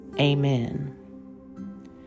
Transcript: Amen